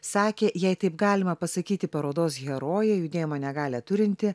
sakė jei taip galima pasakyti parodos herojė judėjimo negalią turinti